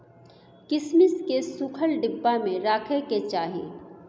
किशमिश केँ सुखल डिब्बा मे राखे कय चाही